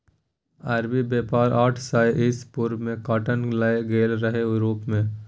अरबी बेपारी आठ सय इसा पूर्व मे काँटन लए गेलै रहय युरोप मे